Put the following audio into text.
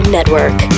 Network